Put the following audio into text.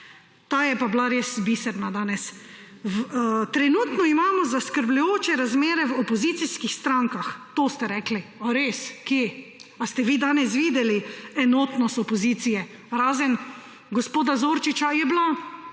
pa je pa bila res biserna danes. Trenutno imamo zaskrbljujoče razmere v opozicijskih strankah, to ste rekli. A res? Kje? A ste vi danes videli enotnost opozicije? Razen gospoda Zorčiča je bila